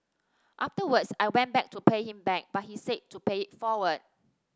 afterwards I went back to pay him back but he said to pay it forward